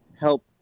help